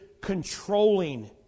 controlling